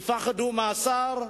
יפחדו מהשר,